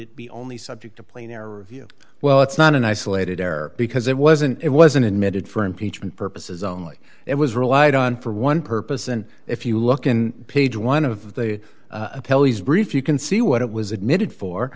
it be only subject to planar review well it's not an isolated error because it wasn't it wasn't admitted for impeachment purposes only it was relied on for one purpose and if you look in page one of the appeal he's brief you can see what it was admitted for